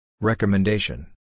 Recommendation